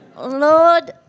Lord